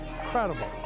incredible